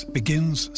begins